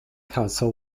council